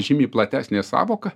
žymiai platesnė sąvoka